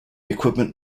equipment